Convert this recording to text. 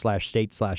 state